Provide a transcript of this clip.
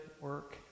work